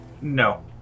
no